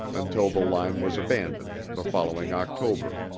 until the line was abandoned the following october,